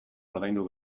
ordaindu